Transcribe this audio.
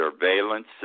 surveillance